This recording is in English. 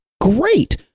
great